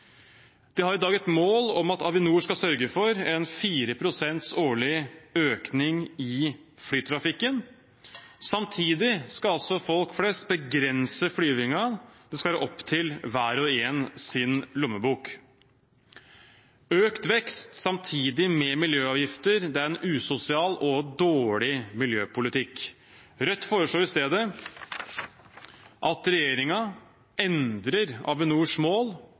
har i dag et mål om at Avinor skal sørge for 4 pst. årlig økning i flytrafikken. Samtidig skal folk fleste begrense flygingen. Det skal være opp til hver og en sin lommebok. Økt vekst samtidig med miljøavgifter er en usosial og dårlig miljøpolitikk. Rødt foreslår i stedet at regjeringen endrer Avinors mål